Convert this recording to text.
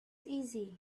easy